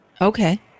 okay